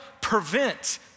prevent